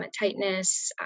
tightness